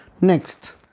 Next